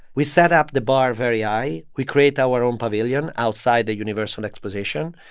we set up the bar very high. we create our own pavilion outside the universal exposition.